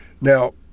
Now